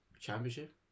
Championship